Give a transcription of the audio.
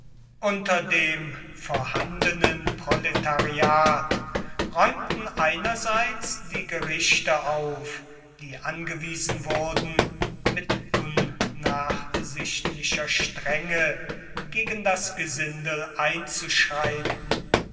unter dem vorhandenen proletariat räumten einerseits die gerichte auf die angewiesen wurden mit unnachsichtlicher strenge gegen das gesindel einzuschreiten